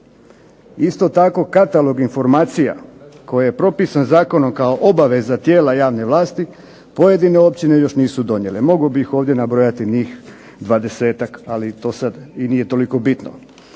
isto tako katalog informacija koje je propisan zakonom kao obaveza tijela javne vlasti, pojedine općine još nisu donijele. Mogao bih ovdje nabrojati njih 20-ak ali to nije sada toliko bitno.